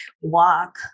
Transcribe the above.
walk